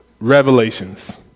Revelations